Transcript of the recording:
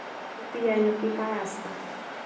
UPI नक्की काय आसता?